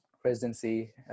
presidency